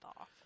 off